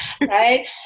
right